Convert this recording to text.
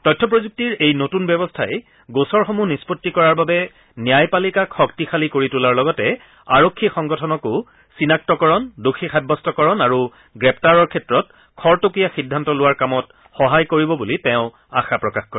তথ্য প্ৰযুক্তিৰ এই নতুন ব্যৱস্থাই গোচৰসমূহ নিষ্পণ্তি কৰাৰ বাবে ন্যায়পালিকাক শক্তিশালী কৰি তোলাৰ লগতে আৰক্ষী সংগঠনকো চিনাক্তকৰণ দোষী সাব্যস্তকৰণ আৰু গ্ৰেপ্তাৰৰ ক্ষেত্ৰত খৰতকীয়া সিদ্ধান্ত লোৱাৰ কামত সহায় কৰিব বুলি তেওঁ আশা প্ৰকাশ কৰে